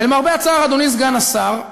ולמרבה הצער, אדוני סגן השר,